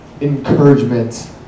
encouragement